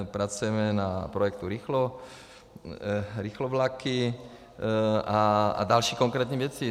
Pracujeme na projektu Rychlovlaky a další konkrétní věci.